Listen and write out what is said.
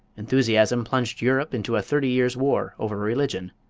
enthusiasm plunged europe into a thirty years' war over religion.